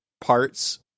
parts